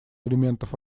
элементов